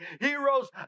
heroes